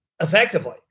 Effectively